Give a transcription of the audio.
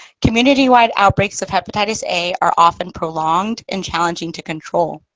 community-wide outbreaks of hepatitis a are often prolonged and challenging to control.